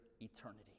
eternity